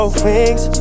wings